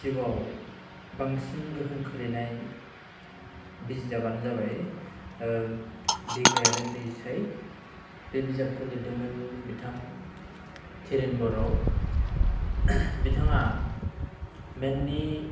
जिउआव बांसिन गोहोम खोख्लैनाय बिजाबानो जाबाय बिग्राइ आरो दैसाय बे बिजाबखौ लिरदोंमोन बिथां धिरेन बर' बिथाङा मेनलि